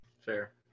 Fair